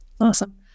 Awesome